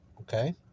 Okay